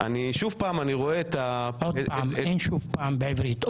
אני אאפשר לאורית.